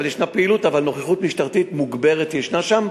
אבל נוכחות משטרתית מוגברת ישנה שם,